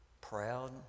proud